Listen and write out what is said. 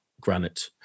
Granite